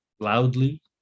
loudly